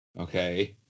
okay